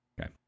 Okay